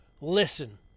Listen